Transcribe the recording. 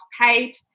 paid